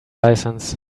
license